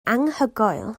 anhygoel